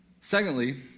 Secondly